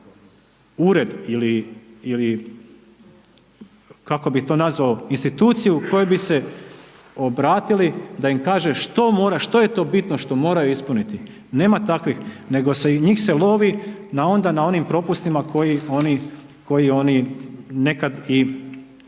nazvao instituciju kojoj bi se obratili, da kaže, što mora, što je to bitno što moraju ispuniti. Nema takvih, nego i njih se lovi, onda na onim propustima koji oni nekada i